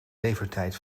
levertijd